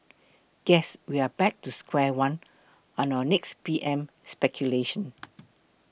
guess we are back to square one on our next P M speculation